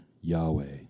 Yahweh